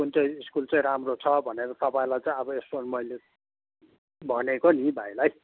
कुन चाहिँ स्कुल चाहिँ राम्रो छ भनेर तपाईँलाई चाहिँ अब यसो मैले भनेको नि भाइलाई